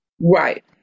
Right